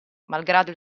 malgrado